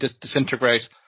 disintegrate